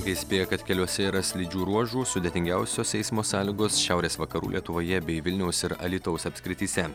įspėja kad keliuose yra slidžių ruožų sudėtingiausios eismo sąlygos šiaurės vakarų lietuvoje bei vilniaus ir alytaus apskrityse